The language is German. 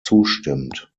zustimmt